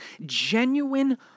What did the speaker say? genuine